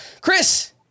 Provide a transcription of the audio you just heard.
Chris